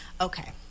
Okay